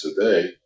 today